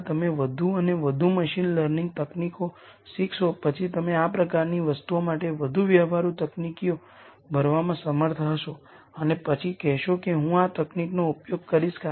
હવે ફરીથી આ પરિણામો આપણે જોશું અને આપણે પછી કેટલાક ડેટા સાયન્સ એલ્ગોરિધમ્સને જોશું ત્યારે ઉપયોગ કરીશું